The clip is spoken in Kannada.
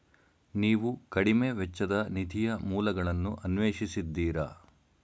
ನೀವು ಕಡಿಮೆ ವೆಚ್ಚದ ನಿಧಿಯ ಮೂಲಗಳನ್ನು ಅನ್ವೇಷಿಸಿದ್ದೀರಾ?